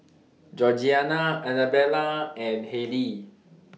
Georgiana Annabella and Hayley